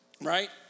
right